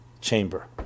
chamber